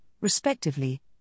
respectively